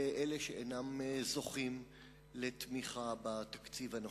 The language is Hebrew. ואלה שאינם זוכים לתמיכה בתקציב הנוכחי.